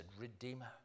Redeemer